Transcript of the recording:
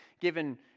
given